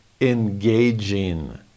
engaging